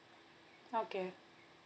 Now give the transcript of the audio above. okay